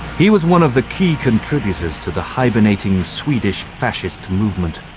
he was one of the key contributors to the hibernating swedish fascist movement.